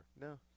no